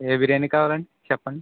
ఏ బిర్యానీ కావాలండి చెప్పండి